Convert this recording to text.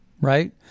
right